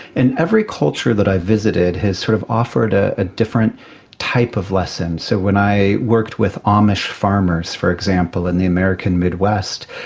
and every culture that i visited has sort of offered ah a different type of lesson. so when i worked with amish farmers, for example, in the american midwest,